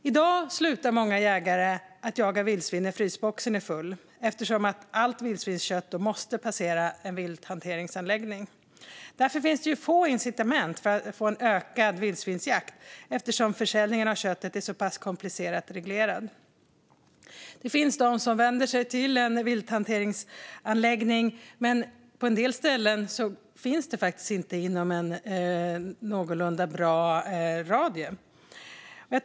I dag slutar många jägare att jaga vildsvin när frysboxen är full eftersom allt vildsvinskött måste passera en vilthanteringsanläggning. Det finns därför få incitament för att få en ökad vildsvinsjakt eftersom regleringen av försäljningen av köttet är så komplicerad. Det finns de som vänder sig till en vilthanteringsanläggning, men på en del ställen finns inte en sådan inom en någorlunda bra radie.